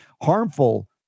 harmful